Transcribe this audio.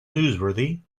newsworthy